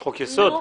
חוק יסוד.